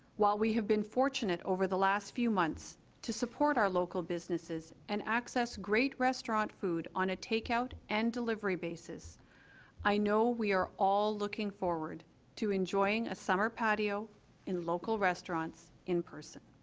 while we have been fortunate over the last few months to support our local businesses and access great restaurant food on a takeout and delivery basis i know we are all looking forward to enjoying a summer patio in local restaurants in person